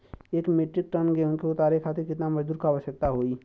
एक metric ton गेहूँ के उतारे खातीर कितना मजदूर क आवश्यकता होई?